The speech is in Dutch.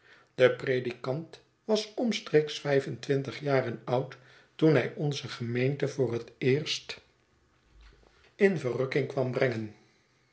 de predikant was omstreeks vijf en twintig jaren oud toen hij onze gemeente voor het eerst in verrukking kwam brengen